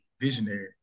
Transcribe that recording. visionary